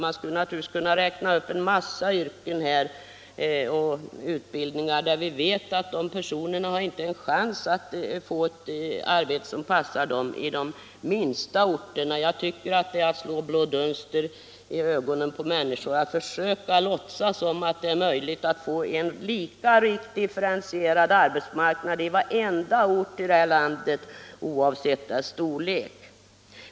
Man skulle naturligtvis kunna räkna upp en massa yrken och utbildningar, där vi vet att vederbörande inte har en chans att i de minsta orterna få ett arbete som passar dem. Det är att slå blå dunster i ögonen på människor att försöka låtsas som om det är möjligt att få en lika rikt differentierad arbetsmarknad i varenda ort i detta land oavsett ortens storlek.